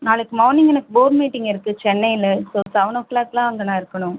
நாளைக்கு மார்னிங் எனக்கு four meeting இருக்கு சென்னையில் ஸோ செவெனோ கிளாக்லாம் நான் அங்கே இருக்கணும்